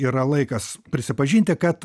yra laikas prisipažinti kad